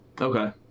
Okay